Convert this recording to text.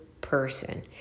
person